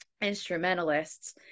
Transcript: instrumentalists